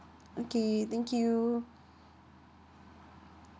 okay thank you